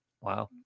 Wow